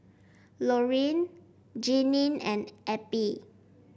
Lorene Jeanine and Eppie